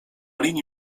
linii